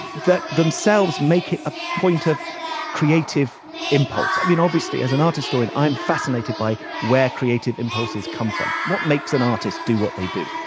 that themselves make it a point of creative impulse. you know obviously as an art historian i'm fascinated by where creative impulses come from. what makes an artist do what they do?